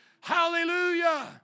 Hallelujah